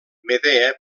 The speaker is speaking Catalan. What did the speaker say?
medea